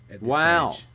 Wow